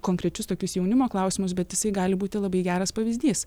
konkrečius tokius jaunimo klausimus bet jisai gali būti labai geras pavyzdys